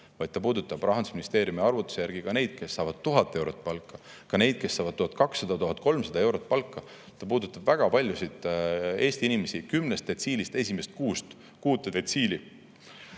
vaid puudutab Rahandusministeeriumi arvutuse järgi ka neid, kes saavad 1000 eurot palka, ka neid, kes saavad 1200–1300 eurot palka. See puudutab väga paljusid Eesti inimesi, kümnest detsiilist esimest kuut detsiili.